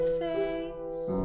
face